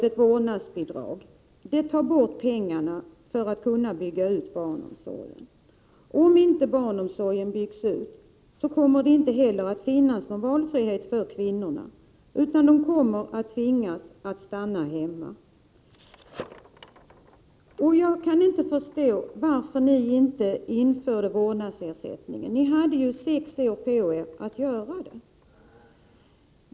Ett vårdnadsbidrag tar de pengar som är avsedda för utbyggnaden för barnomsorgen. Om barnomsorgen inte byggs ut kommer det inte heller att finnas någon valfrihet för kvinnorna, utan de kommer att tvingas att stanna hemma. Jag kan inte förstå varför ni inte införde vårdnadsersättningen när ni hade sex år på er att göra det.